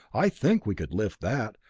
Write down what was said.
i think we could lift that,